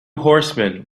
horsemen